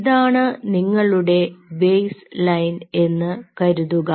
ഇതാണ് നിങ്ങളുടെ base line എന്ന് കരുതുക